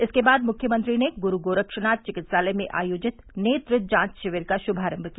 इसके बाद मुख्यमंत्री ने गुरू गोरक्षनाथ चिकित्सालय में आयोजित नेत्र जांच शिविर का शुभारम्भ किया